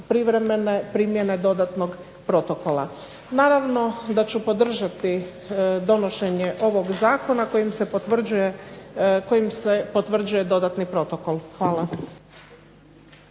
privremene primjene dodatnog protokola. Naravno da ću podržati donošenje ovog zakona kojim se potvrđuje dodatni protokol. Hvala.